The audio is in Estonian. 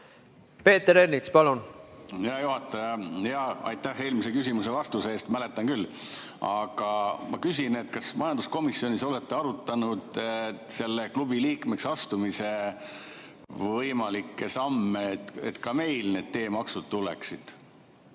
Peeter Ernits, palun! Aitäh, hea juhataja! Aitäh eelmise küsimuse vastuse eest, mäletan küll! Aga ma küsin, kas te majanduskomisjonis olete arutanud selle klubi liikmeks astumise võimalikke samme, et ka meil need teemaksud tuleksid.